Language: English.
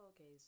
okay